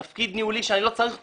תפקיד ניהולי, שאני לא צריך אותו?